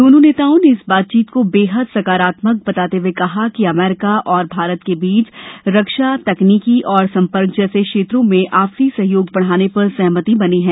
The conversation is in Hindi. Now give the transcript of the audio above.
दोनों नेताओं ने इस बातचीत को बेहद सकारात्मक बताते हुए कहा कि अमेरिका और भारत के बीच रक्षा तकनीकी और संपर्क जैसे क्षेत्रों में अपसी सहयोग बढाने पर सहमति बनी है